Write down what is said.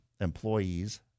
employees